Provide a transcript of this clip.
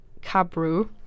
Cabru